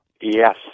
Yes